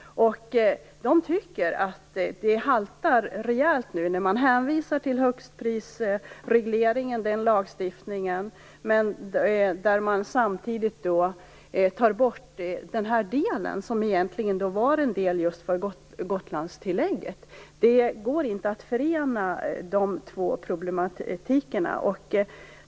De tycker att hänvisningen till högstprisregleringen haltar. Där tas delen för Gotlandstillägget bort. Det går inte att förena de två problemen.